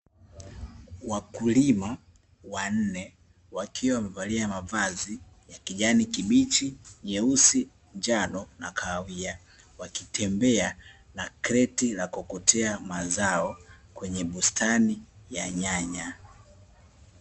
Wakulima wanne wakiwa wamevalia mavazi ya kijani kibichi, nyeusi, njano na kahawia, wakitembea na kreti la kuokotea mazao kwenye bustani ya nyanya.